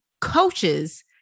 coaches